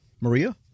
Maria